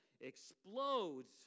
explodes